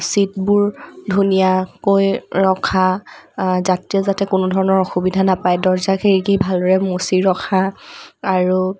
চিটবোৰ ধুনীয়াকৈ ৰখা যাত্ৰীয়ে যাতে কোনো ধৰণৰ অসুবিধা নাপায় দৰ্জা খিৰিকী ভালদৰে মুচি ৰখা আৰু